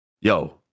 yo